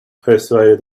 persuaded